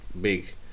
big